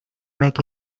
make